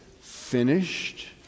finished